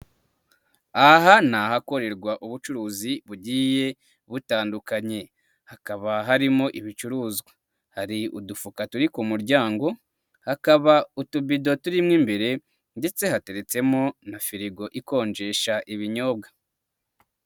Aha ni ahakorerwa ubucuruzi bugiye butandukanye, hakaba harimo ibicuruzwa, hari udufuka turi ku muryango, hakaba utubido turimo imbere ndetse hateretsemo na firigo ikonjesha ibinyobwa.